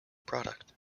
product